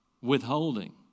Withholding